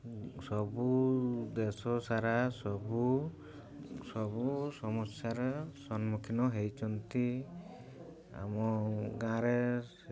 ସବୁ ଦେଶ ସାରା ସବୁ ସବୁ ସମସ୍ୟାର ସମ୍ମୁଖୀନ ହେଇଛନ୍ତି ଆମ ଗାଁରେ